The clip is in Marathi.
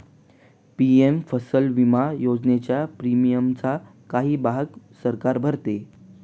पी.एम फसल विमा योजनेच्या प्रीमियमचा काही भाग सरकार भरते